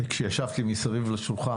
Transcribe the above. כשישבתי מסביב לשולחן,